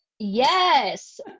Yes